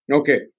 okay